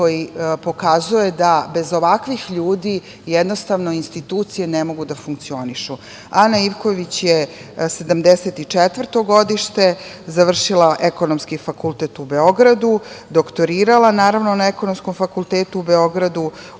koji pokazuje da bez ovakvih ljudi jednostavno institucije ne mogu da funkcionišu. Ana Ivković je 1974. godište, završila je Ekonomski fakultet u Beogradu, doktorirala na Ekonomskom fakultetu u Beogradu,